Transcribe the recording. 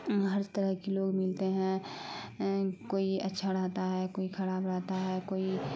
ہر طرح کی لوگ ملتے ہیں کوئی اچھا رہتا ہے کوئی خراب رہتا ہے کوئی